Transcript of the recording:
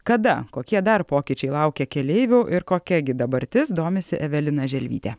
kada kokie dar pokyčiai laukia keleivių ir kokia gi dabartis domisi evelina želvytė